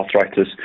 arthritis